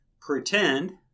pretend